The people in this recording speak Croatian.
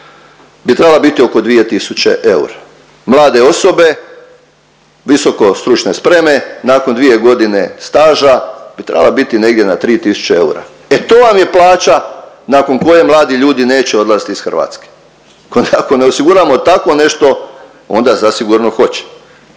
bi trebala biti oko 2 tisuće eura. Mlade osobe, visoko stručne spreme nakon dvije godine staža, bi trebale biti negdje na 3.000 eura. E to vam je plaća nakon koje mladi ljudi neće odlaziti iz Hrvatske. Ako ne osiguramo tako nešto, onda zasigurno hoće.